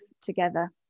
together